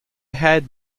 had